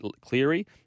Cleary